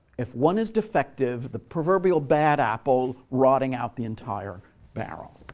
if one is defective the proverbial bad apple rotting out the entire barrel.